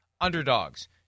underdogs